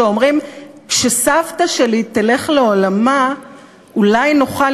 שאומרים: כשסבתא שלי תלך לעולמה אולי נוכל